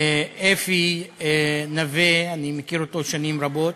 אפי נוה, אני מכיר אותו שנים רבות.